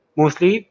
mostly